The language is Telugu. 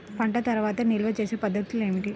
పంట తర్వాత నిల్వ చేసే పద్ధతులు ఏమిటి?